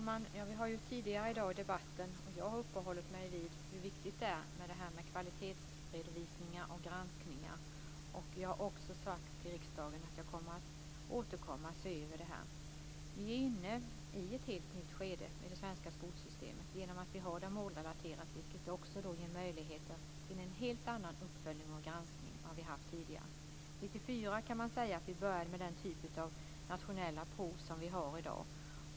Fru talman! Jag har tidigare i dag i debatten uppehållit mig vid hur viktigt det är med kvalitetsredovisningar och granskningar. Jag har också sagt till riksdagen att jag kommer att se över detta och återkomma. Vi är inne i ett helt nytt skede i det svenska skolsystemet genom att det är målrelaterat, vilket ger möjligheter till en helt annan uppföljning och granskning än vad vi har haft tidigare. 1994 började vi med den typ av nationella prov som vi har i dag.